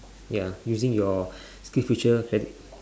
ya using your skills future credit